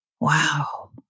Wow